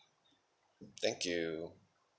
thank you